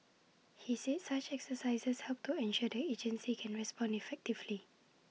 he said such exercises help to ensure the agencies can respond effectively